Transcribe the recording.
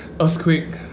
earthquake